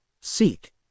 seek